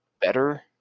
better